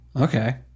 Okay